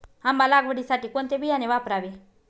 आंबा लागवडीसाठी कोणते बियाणे वापरावे?